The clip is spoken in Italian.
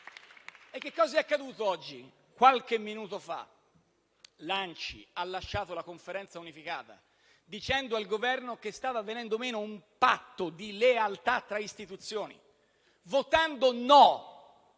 E che cosa è accaduto oggi, qualche minuto fa? L'ANCI ha lasciato la Conferenza unificata dicendo al Governo che stava venendo meno a un patto di lealtà tra istituzioni. Votando «no»